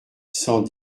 cent